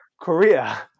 korea